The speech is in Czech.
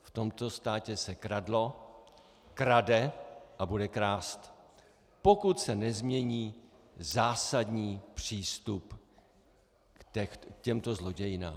V tomto státě se kradlo, krade a bude krást, pokud se nezmění zásadní přístup k těmto zlodějnám.